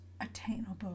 attainable